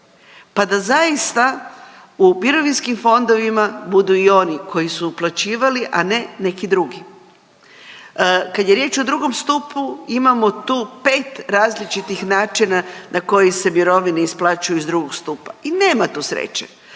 Pa da zaista u mirovinskim fondovima budu i oni koji su uplaćivali, a ne neki drugi. Kad je riječ o drugom stupu, imamo tu 5 različitih načina na koji se mirovine isplaćuju iz drugog stupa i nema tu sreće.